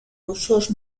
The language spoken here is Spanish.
usos